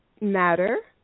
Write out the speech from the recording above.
matter